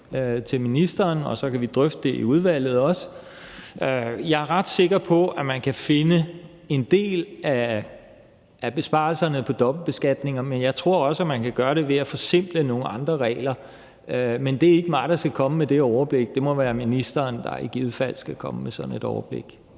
lovbehandlingen, og så kan vi også drøfte det i udvalget. Jeg er ret sikker på, at man kan finde en del af besparelserne på dobbeltbeskatninger, men jeg tror også, man kan gøre det ved at forsimple nogle andre regler. Men det er ikke mig, der skal komme med det overblik. Det må være ministeren, der i givet fald skal komme med sådan et overblik.